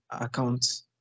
account